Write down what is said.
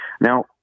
Now